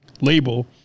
label